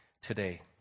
today